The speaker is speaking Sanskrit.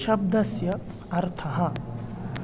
शब्दस्य अर्थः